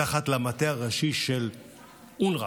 מתחת למטה הראשי של אונר"א,